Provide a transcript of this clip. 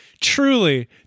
Truly